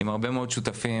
עם הרבה מאוד שותפים,